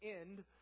end